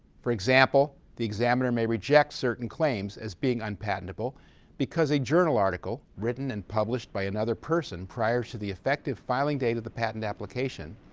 for example, the examiner may reject certain claims as being unpatentable because a journal article, written and published by another person prior to the effective filing date of the patent application,